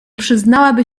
przyznałaby